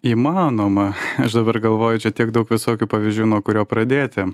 įmanoma aš dabar galvoju čia tiek daug visokių pavyzdžių nuo kurio pradėti